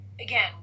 again